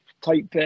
type